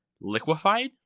liquefied